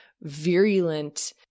virulent